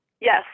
Yes